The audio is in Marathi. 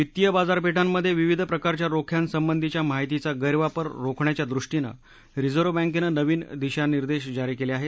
वित्तीय बाजारपेठांमधे विविध प्रकारच्या रोख्यांसंबंधीच्या माहितीचा गैरवापर रोखण्याच्या दृष्टीनं रिझर्व बँकेनं नवीन दिशनिर्देश जारी केले आहेत